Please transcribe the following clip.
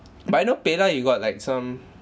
but I know paylah you got like some